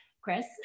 Chris